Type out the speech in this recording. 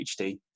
HD